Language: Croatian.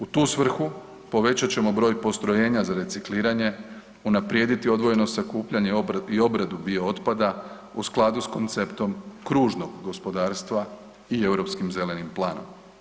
U tu svrhu povećat ćemo broj postrojenja za recikliranje, unaprijediti odvojeno sakupljanje i obradu biootpada u skladu s konceptom kružnog gospodarstva i Europskim zelenim planom.